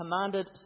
commanded